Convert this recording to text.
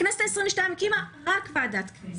הכנסת ה-22 הקימה רק ועדת כנסת.